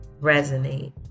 resonate